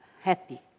happy